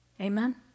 Amen